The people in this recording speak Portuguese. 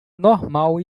normal